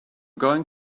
going